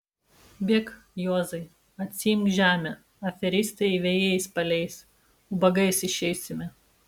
bėk juozai atsiimk žemę aferistai vėjais paleis ubagais išeisime